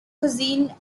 cuisine